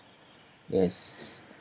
yes